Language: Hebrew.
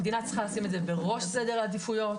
המדינה צריכה לשים את זה בראש סדר העדיפויות,